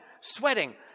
sweating